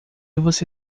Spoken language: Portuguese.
você